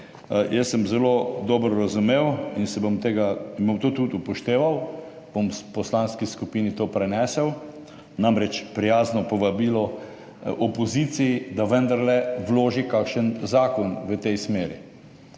Jaz sem zelo dobro razumel in se bom tega in bom to tudi upošteval, bom v poslanski skupini to prenesel, namreč, prijazno povabilo opoziciji, da vendarle vloži kakšen zakon v tej smeri.